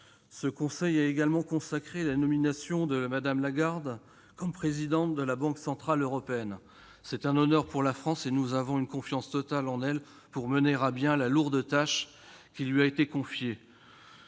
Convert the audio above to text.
Ce Conseil a également consacré la nomination de Mme Lagarde comme présidente de la Banque centrale européenne, ce qui est un honneur pour la France. Nous avons une confiance totale en elle pour mener à bien la lourde tâche qui lui a été confiée.